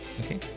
okay